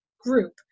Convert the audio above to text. group